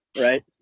right